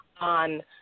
on